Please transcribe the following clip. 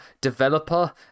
developer